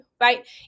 right